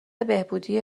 بهبودی